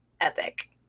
epic